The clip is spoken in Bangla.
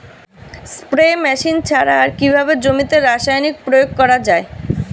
স্প্রে মেশিন ছাড়া আর কিভাবে জমিতে রাসায়নিক প্রয়োগ করা যায়?